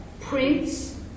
Prince